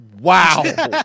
Wow